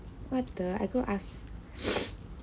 what the go ask